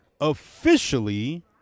officially